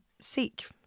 seek